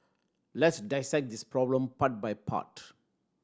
let's dissect this problem part by part